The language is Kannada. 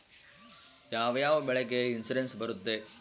ಯಾವ ಯಾವ ಬೆಳೆಗೆ ಇನ್ಸುರೆನ್ಸ್ ಬರುತ್ತೆ?